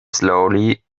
slowly